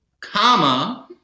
comma